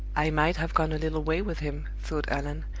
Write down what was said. i might have gone a little way with him, thought allan,